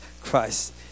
Christ